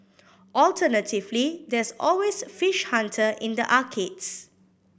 alternatively there's always Fish Hunter in the arcades